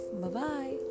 Bye-bye